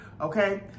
Okay